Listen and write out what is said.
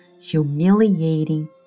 humiliating